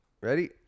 Ready